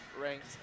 ranked